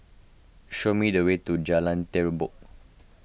show me the way to Jalan Terubok